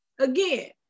Again